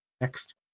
next